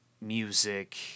music